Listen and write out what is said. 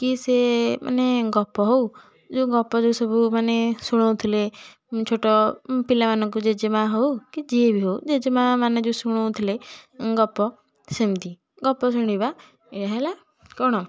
କି ସେ ମାନେ ଗପ ହେଉ ଯେଉଁ ଗପ ଯେଉଁ ସବୁ ମାନେ ଶୁଣୋଉଥିଲେ ଛୋଟ ପିଲାମାନଙ୍କୁ ଜେଜେମା ହେଉ କି ଯିଏ ବି ହେଉ ଜେଜେମା ମାନେ ଯେଉଁ ଶୁଣୋଉଥିଲେ ଗପ ସେମିତି ଗପ ଶୁଣିବା ଏହା ହେଲା କ'ଣ